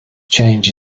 change